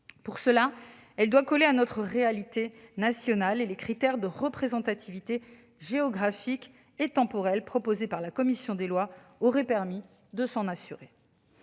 Pour cela, elle doit coller à notre réalité nationale, et les critères de représentativité géographique et temporelle proposés par la commission des lois auraient permis de s'en assurer.